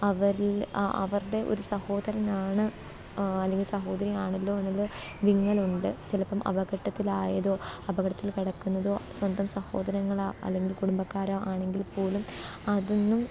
അവരിൽ അവരുടെ ഒരു സഹോദരനാണ് അല്ലെങ്കിൽ സഹോദരിയാണല്ലൊ എന്നുള്ളത് വിങ്ങലുണ്ട് ചിലപ്പം അപകടത്തിലായതൊ അപകടത്തിൽ കിടക്കുന്നതൊ സ്വന്തം സഹോദരങ്ങളെ അല്ലെങ്കിൽ കുടുംബക്കാരാണ് ആണെങ്കിൽപ്പോലും അതൊന്നും